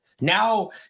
Now